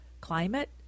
climate